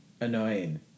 annoying